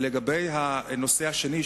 לגבי הנושא השני,